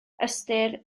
ystyr